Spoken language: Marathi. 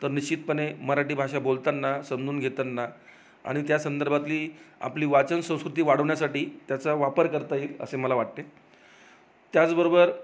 तर निश्चितपणे मराठी भाषा बोलताना समजून घेताना आणि त्या संदर्भातली आपली वाचन संस्कृती वाढवण्यासाठी त्याचा वापर करता येईल असे मला वाटते त्याचबरोबर